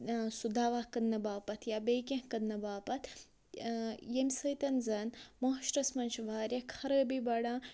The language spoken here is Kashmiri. سُہ دوا کٕنٛنہٕ باپتھ یا بیٚیہِ کیٚنہہ کٕنٛنہٕ باپتھ ییٚمہِ سۭتۍ زَنہٕ معاشرَس منٛز چھِ واریاہ خرٲبی بڑان